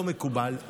לא מקובל,